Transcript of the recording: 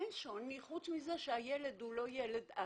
אין שוני, חוץ מזה שהילד הוא לא ילד עכו.